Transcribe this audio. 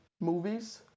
movies